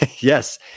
yes